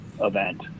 event